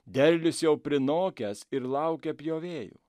derlius jau prinokęs ir laukia pjovėjų